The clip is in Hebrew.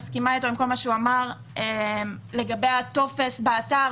מסכימה עם כל מה שהוא אמר לגבי הטופס באתר,